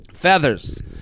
feathers